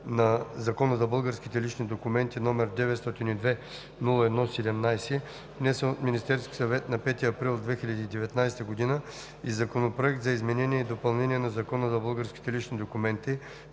на Закона за българските лични документи, № 902-01-17, внесен от Министерския съвет на 5 април 2019 г., и Законопроект за изменение и допълнение на Закона за българските лични документи,